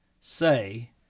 say